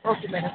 okay madam